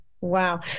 Wow